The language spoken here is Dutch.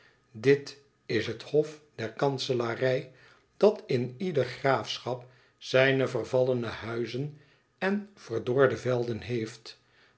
dit is het hof der kanselarij dat in ieder graafschap zijne vervallene huizen en verdorde velden heeft